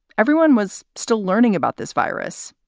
everyone was still learning about this virus.